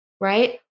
right